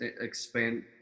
expand